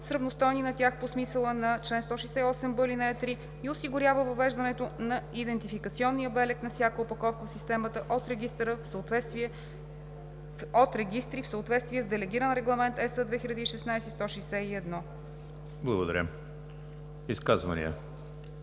с равностойни на тях по смисъла на чл. 168б, ал. 3 и осигурява въвеждането на идентификационния белег на всяка опаковка в системата от регистри в съответствие с Делегиран регламент (ЕС) 2016/161.“ ПРЕДСЕДАТЕЛ